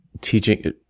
teaching